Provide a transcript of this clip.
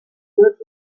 wird